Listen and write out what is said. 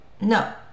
No